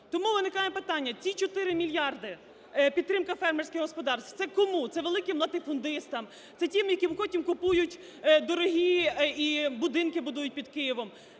тому виникає питання: ці 4 мільярди підтримка фермерських господарств - це кому? Це великим латифундистам? Це тим, які потім купують дорогі… і будинки будують під Києвом?